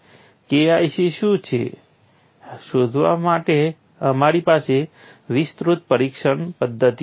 KIC શું છે તે શોધવા માટે અમારી પાસે વિસ્તૃત પરીક્ષણ પદ્ધતિઓ હતી